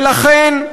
ולכן,